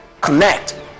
connect